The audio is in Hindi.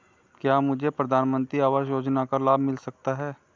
क्या मुझे प्रधानमंत्री आवास योजना का लाभ मिल सकता है?